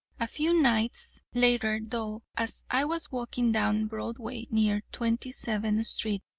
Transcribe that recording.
a few nights later, though, as i was walking down broadway, near twenty-seventh street,